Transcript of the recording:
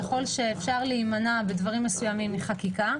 ככל שאפשר להימנע בדברים מסוימים מחקיקה,